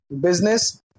Business